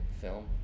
film